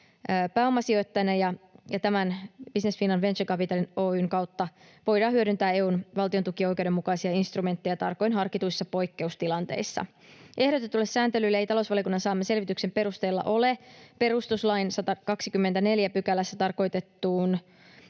pääomasijoittajana, ja Business Finland Venture Capital Oy:n kautta voidaan hyödyntää EU:n valtiontukioikeuden mukaisia instrumentteja tarkoin harkituissa poikkeustilanteissa. Ehdotetulle sääntelylle ei talousvaliokunnan saaman selvityksen perusteella ole perustuslain 124 §:ssä tarkoitettuun